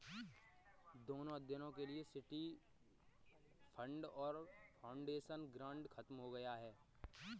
दोनों अध्ययनों के लिए सिटी फंड और फाउंडेशन ग्रांट खत्म हो गए हैं